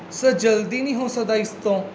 sir ਜਲਦੀ ਨਹੀਂ ਹੋ ਸਕਦਾ ਇਸ ਤੋਂ